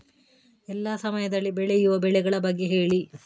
ಎಲ್ಲಾ ಸಮಯದಲ್ಲಿ ಬೆಳೆಯುವ ಬೆಳೆಗಳ ಬಗ್ಗೆ ಹೇಳಿ